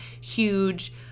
huge